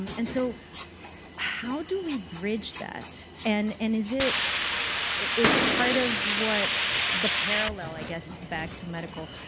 um and so how do we bridge that? and and is it is part of what the parallel, i guess, back to medical,